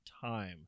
time